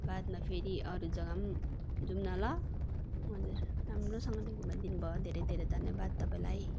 बादमा फेरि अरू जगामा जाऊँ न ल हजुर राम्रोसँगले घुमाइदिनु भयो धेरै धेरै धन्यवाद तपाईँलाई